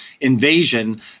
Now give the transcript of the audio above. invasion